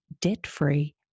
debt-free